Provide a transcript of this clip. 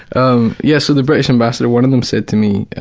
um yeah so the british ambassador, one of them said to me,